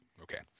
Okay